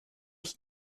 ich